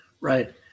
Right